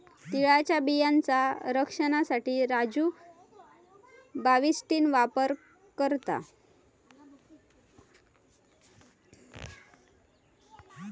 तिळाच्या बियांचा रक्षनासाठी राजू बाविस्टीन वापर करता